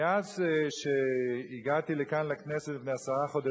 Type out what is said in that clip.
מאז הגעתי לכאן לכנסת, לפני עשרה חודשים,